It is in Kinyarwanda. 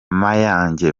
mayange